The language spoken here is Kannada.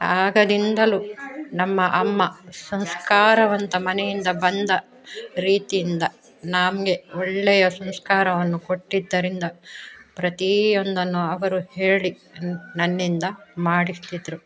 ಆಗಲಿಂದಲೂ ನಮ್ಮ ಅಮ್ಮ ಸಂಸ್ಕಾರವಂತ ಮನೆಯಿಂದ ಬಂದ ರೀತಿಯಿಂದ ನಮಗೆ ಒಳ್ಳೆಯ ಸಂಸ್ಕಾರವನ್ನು ಕೊಟ್ಟಿದ್ದರಿಂದ ಪ್ರತಿಯೊಂದನ್ನು ಅವರು ಹೇಳಿ ನ್ ನನ್ನಿಂದ ಮಾಡಿಸ್ತಿದ್ದರು